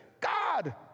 god